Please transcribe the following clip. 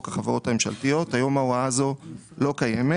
החברות הממשלתיות - היום ההוראה הזו לא קיימת